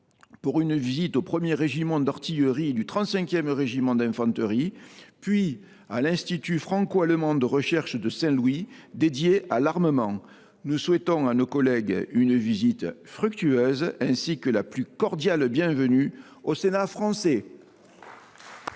pour une visite au 1 régiment d’artillerie et au 35 régiment d’infanterie, puis à l’Institut franco allemand de recherche de Saint Louis, dédié à l’armement. Nous souhaitons à nos collègues une visite fructueuse ainsi que la plus cordiale bienvenue au Sénat français